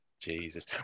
Jesus